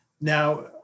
Now